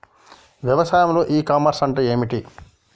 వ్యవసాయంలో e commerce అంటే ఏమిటి?